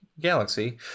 galaxy